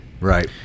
right